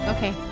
Okay